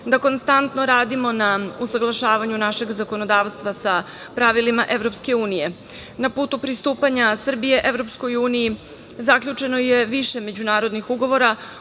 da konstantno radimo na usaglašavanju našeg zakonodavstva sa pravilima EU.Na putu pristupanja Srbije EU zaključeno je više međunarodnih ugovora,